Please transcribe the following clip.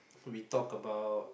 so we talk about